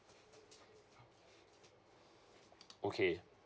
okay